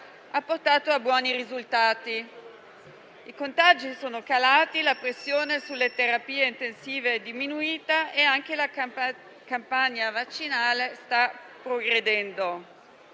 ha portato a buoni risultati: i contagi sono calati, la pressione sulle terapie intensive è diminuita e anche la campagna vaccinale sta progredendo.